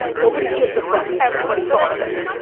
nobody gives a fuck, everybody thought of it.